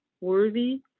worthy